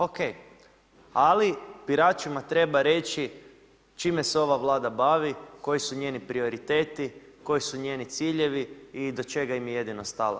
OK, ali biračima treba reći čime se ova Vlada bavi, koji su njeni prioriteti, koji su njeni ciljevi i do čega im je jedino stalo.